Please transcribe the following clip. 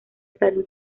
salud